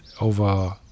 over